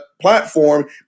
platform